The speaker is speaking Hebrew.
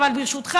אבל ברשותך,